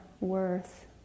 worth